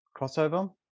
crossover